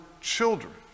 children